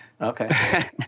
Okay